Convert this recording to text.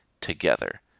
together